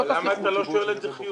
למה אתה לא שואל את זה חיובי?